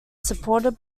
supported